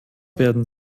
werden